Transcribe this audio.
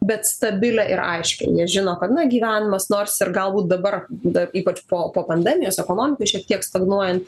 bet stabilią ir aiškią jie žino kad na gyvenimas nors ir galbūt dabar dar ypač po po pandemijos ekonomikai šiek tiek stagnuojant